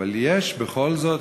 אבל יש בכל זאת,